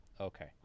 Okay